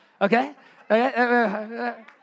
Okay